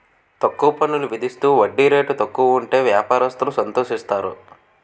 తక్కువ పన్నులు విధిస్తూ వడ్డీ రేటు తక్కువ ఉంటే వ్యాపారస్తులు సంతోషిస్తారు